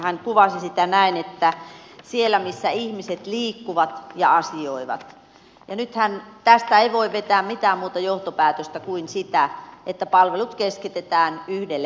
hän kuvasi niitä näin että siellä missä ihmiset liikkuvat ja asioivat ja nythän tästä ei voi vetää mitään muuta johtopäätöstä kuin sen että palvelut keskitetään yhdelle alueelle